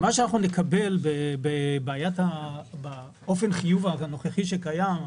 מה שאנחנו נקבל באופן חיוב הנוכחי שקיים,